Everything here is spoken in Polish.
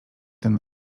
ten